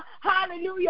hallelujah